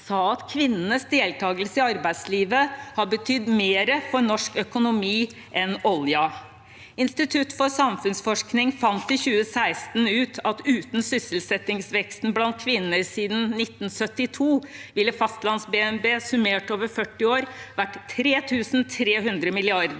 sa at kvinnenes deltakelse i arbeidslivet har betydd mer for norsk økonomi enn oljen. Institutt for samfunnsforskning fant i 2016 ut at uten sysselsettingsveksten blant kvinner siden 1972 ville Fastlands-BNP summert over 40 år vært 3 300 mrd.